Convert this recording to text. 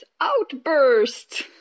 outburst